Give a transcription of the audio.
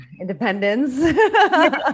independence